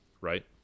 right